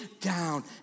down